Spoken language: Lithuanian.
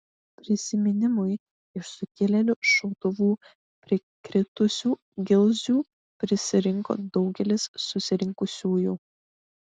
prisiminimui iš sukilėlių šautuvų prikritusių gilzių prisirinko daugelis susirinkusiųjų